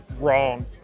wrong